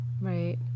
Right